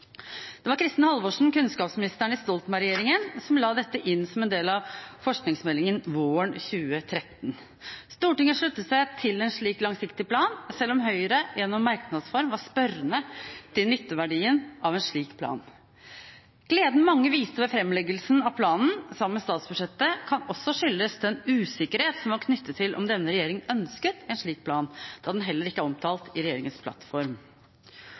Det var Kristin Halvorsen, kunnskapsminister i Stoltenberg-regjeringen, som la dette inn som en del av forskningsmeldingen våren 2013. Stortinget sluttet seg til en slik langsiktig plan, selv om Høyre i merknadsform var spørrende til nytteverdien av en slik plan. Gleden mange viste ved framleggelsen av planen sammen med statsbudsjettet, kan også skyldes den usikkerhet som var knyttet til om denne regjering ønsket en slik plan, da den heller ikke er omtalt i regjeringens plattform.